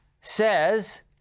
Says